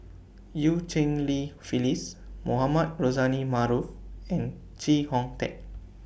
EU Cheng Li Phyllis Mohamed Rozani Maarof and Chee Hong Tat